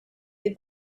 with